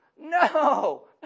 No